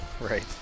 Right